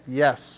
yes